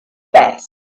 best